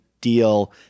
deal